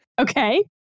Okay